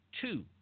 two